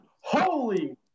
Holy